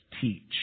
teach